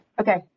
Okay